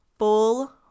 full